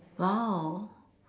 !wow!